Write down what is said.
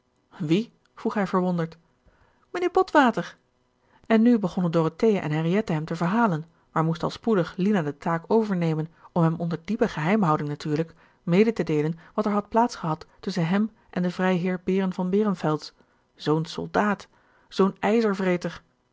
wie vroeg hij verwonderd mijnheer botwater en nu begonnen dorothea en henriette hem te verhalen maar moest al spoedig lina de taak overnemen om hem onder diepe geheimhouding natuurlijk mede te deelen wat er had plaats gehad tusschen hem en den vrijheer behren von behrenfels zoon soldaat zoo'n